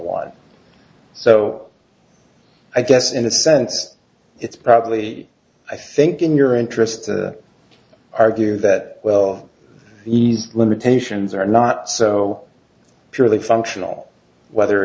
was so i guess in a sense it's probably i think in your interest to argue that well ease limitations are not so purely functional whether